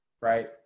right